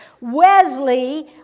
Wesley